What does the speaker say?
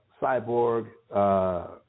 cyborg